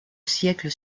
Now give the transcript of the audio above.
siècle